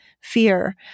fear